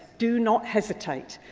do not hesitate.